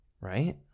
Right